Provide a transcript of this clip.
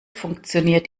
funktioniert